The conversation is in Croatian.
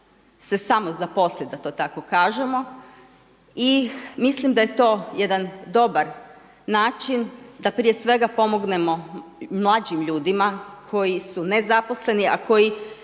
se samozaposliti, da to tako kažemo i mislim da je to jedan dobar način da prije svega pomognemo mlađim ljudima koji su nezaposleni, a koji